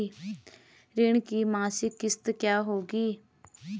ऋण की मासिक किश्त क्या होगी?